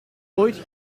ooit